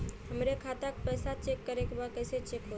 हमरे खाता के पैसा चेक करें बा कैसे चेक होई?